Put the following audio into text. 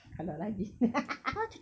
kalau rajin